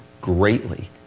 greatly